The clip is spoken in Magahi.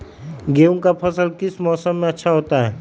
गेंहू का फसल किस मौसम में अच्छा होता है?